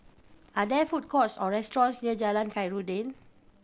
are there food courts or restaurants near Jalan Khairuddin